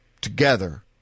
together